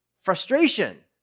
Frustration